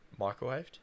microwaved